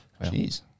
Jeez